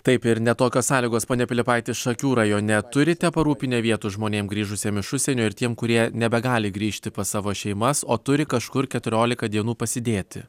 taip ir ne tokios sąlygos pone pilypaiti šakių rajone turite parūpinę vietų žmonėm grįžusiem iš užsienio ir tiem kurie nebegali grįžti pas savo šeimas o turi kažkur keturiolika dienų pasidėti